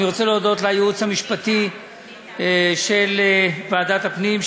אני רוצה להודות לייעוץ המשפטי של ועדת הפנים,